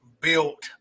built